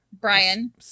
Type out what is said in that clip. Brian